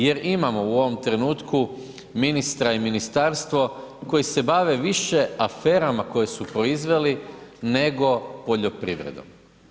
Jer imamo u ovom ministra i ministarstvo koji se bave više aferama koje su proizveli, nego poljoprivredom.